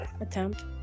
attempt